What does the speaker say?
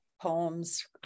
poems